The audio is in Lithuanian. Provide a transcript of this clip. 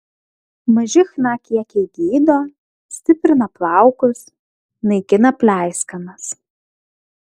maži chna kiekiai gydo stiprina plaukus naikina pleiskanas